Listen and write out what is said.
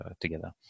together